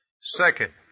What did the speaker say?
Second